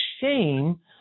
shame